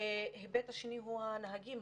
ההיבט השני הוא הנהגים,